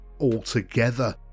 altogether